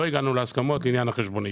לא הגענו להסכמות לעניין החשבונית.